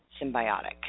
symbiotic